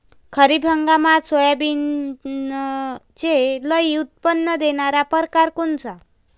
खरीप हंगामात सोयाबीनचे लई उत्पन्न देणारा परकार कोनचा?